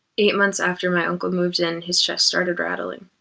eight months after my uncle moved in, his chest started rattling.